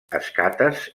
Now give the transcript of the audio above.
escates